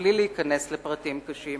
ובלי להיכנס לפרטים קשים,